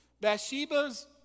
Bathsheba's